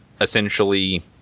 essentially